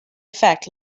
affect